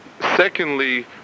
Secondly